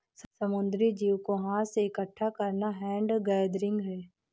समुद्री जीव को हाथ से इकठ्ठा करना हैंड गैदरिंग है